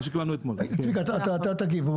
צביקה, אתה תגיב.